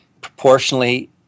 proportionally